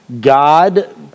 God